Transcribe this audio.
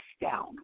down